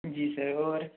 जी sir होर